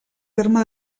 terme